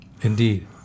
Indeed